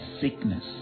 sickness